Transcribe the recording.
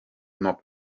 not